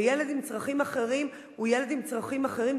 וילד עם צרכים אחרים הוא ילד עם צרכים אחרים,